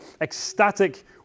ecstatic